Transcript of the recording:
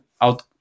out